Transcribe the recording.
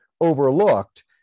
overlooked